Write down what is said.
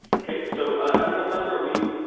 ok, so i don't know sandra we.